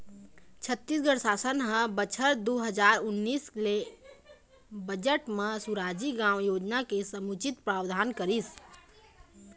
छत्तीसगढ़ सासन ह बछर दू हजार उन्नीस के बजट म सुराजी गाँव योजना के समुचित प्रावधान करिस